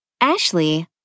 Ashley